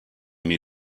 mir